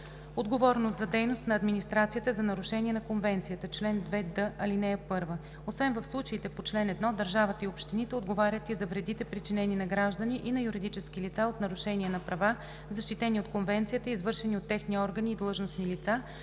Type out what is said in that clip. Отговорност за дейност на администрацията за нарушения на Конвенцията Чл. 2д. (1) Освен в случаите по чл. 1 държавата и общините отговарят и за вредите, причинени на граждани и на юридически лица от нарушения на права, защитени от Конвенцията, извършени от техни органи и длъжностни лица